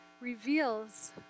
reveals